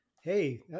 hey